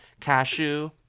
Cashew